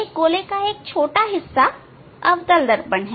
एक गोले का एक छोटा हिस्सा अवतल दर्पण है